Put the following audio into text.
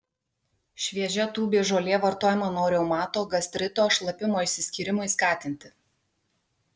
šviežia tūbės žolė vartojama nuo reumato gastrito šlapimo išsiskyrimui skatinti